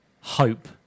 hope